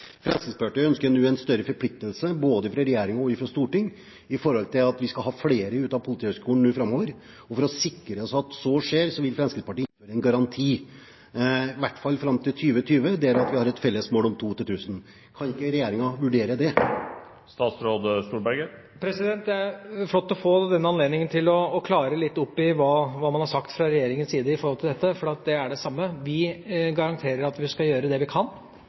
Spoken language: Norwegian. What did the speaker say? Fremskrittspartiet ønsker nå større forpliktelse, både fra regjering og fra storting, til å få flere ut fra Politihøgskolen nå framover. For å sikre oss at så skjer, vil Fremskrittspartiet gi en garanti, i hvert fall fram til 2020, der vi har et felles mål om 2 tjenestemenn per 1000 innbyggere. Kan ikke regjeringen vurdere det? Det er flott å få denne anledningen til å klare litt opp i hva man har sagt fra regjeringas side om dette, for det er det samme: Vi garanterer at vi gjør det vi kan